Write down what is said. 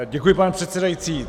Děkuji, pane předsedající.